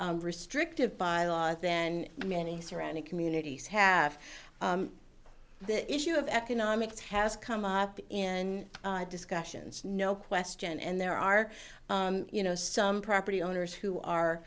restrictive bylaws then many surrounding communities have the issue of economics has come up in discussions no question and there are you know some property owners who are